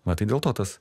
va tai dėl to tas